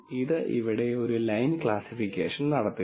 ഇത് ഇവിടെ ഒരു ലൈൻ ക്ലാസ്സിഫിക്കേഷൻ നടത്തുന്നു